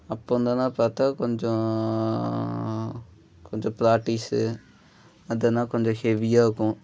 அப்போ வந்தோன்னால் பார்த்தா கொஞ்சம் கொஞ்சம் ப்ராக்டிஸு அதெல்லாம் கொஞ்சம் ஹெவியாக இருக்கும்